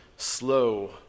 slow